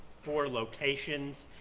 four locations,